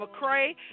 McCray